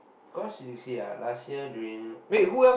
cause you see ah last year during uh